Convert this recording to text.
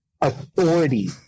authority